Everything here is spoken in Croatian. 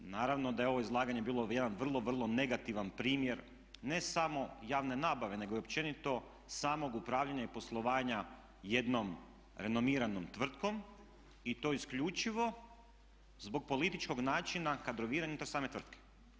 Naravno da je ovo izlaganje bilo jedan vrlo, vrlo negativan primjer ne samo javne nabave nego i općenito samog upravljanja i poslovanja jednom renomiranom tvrtkom i to isključivo zbog političkog načina kadroviranja unutar same tvrtke.